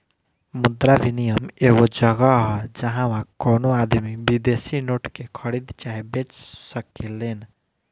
मुद्रा विनियम एगो जगह ह जाहवा कवनो आदमी विदेशी नोट के खरीद चाहे बेच सकेलेन